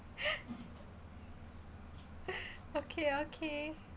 okay okay